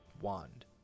wand